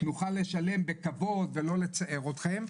נוכל לשלם בכבוד ולא לצער אתכם,